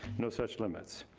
no such limits.